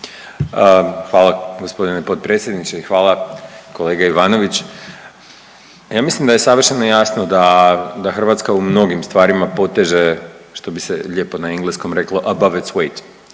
Hvala g. potpredsjedniče. Hvala kolega Ivanović. Ja mislim da je savršeno jasno da Hrvatska u mnogim stvarima poteže što bi se lijepo na engleskom reklo about weight